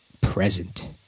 present